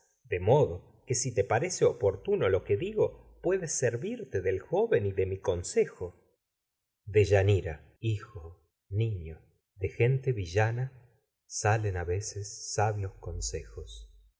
de modo parece y oportuno mi lo que digo puedes servirte del joven de consejo deyanira sabios hijo niño de gente esta villana mujer salen a veces consejos